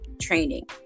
training